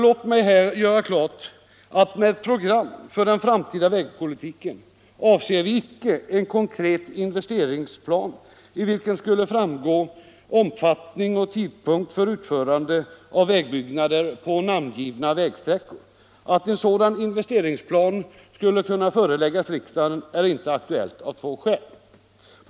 Låt mig här göra klart att med program för den framtida vägpolitiken avser vi icke en konkret investeringsplan av vilken skulle framgå omfattning och tidpunkt för utförande av vägombyggnader på namngivna vägsträckor. Att en sådan investeringsplan skulle kunna föreläggas riksdagen är inte aktuellt av två skäl.